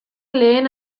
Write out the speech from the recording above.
lehen